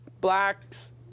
Blacks